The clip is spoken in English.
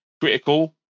critical